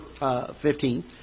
15